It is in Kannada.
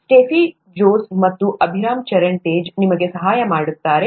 ಸ್ಟೆಫಿ ಜೋಸ್ ಮತ್ತು ಅಭಿರಾಮ್ ಚರಣ್ ತೇಜ್ ನಿಮಗೆ ಸಹಾಯ ಮಾಡುತ್ತಾರೆ